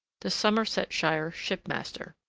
the somersetshire shipmaster.